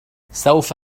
سوف